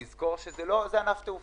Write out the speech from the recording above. צריך לזכור שזה ענף תעופה,